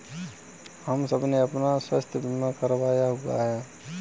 हम सबने अपना स्वास्थ्य बीमा करवाया हुआ है